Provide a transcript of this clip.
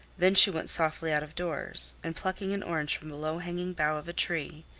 then she went softly out of doors, and plucking an orange from the low-hanging bough of a tree,